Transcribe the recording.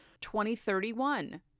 2031